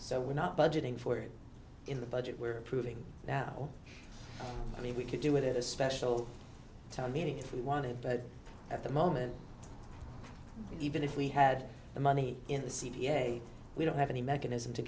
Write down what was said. so we're not budgeting for it in the budget we're approving now i mean we could do it at a special town meeting if we wanted but at the moment even if we had the money in the c p a we don't have any mechanism to